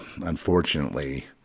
unfortunately